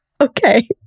okay